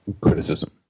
criticism